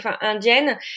indienne